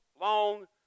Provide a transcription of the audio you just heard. long